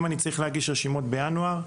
אם אני צריך להגיש רשימות בינואר,